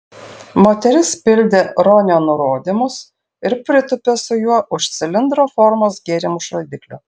moteris pildė ronio nurodymus ir pritūpė su juo už cilindro formos gėrimų šaldiklio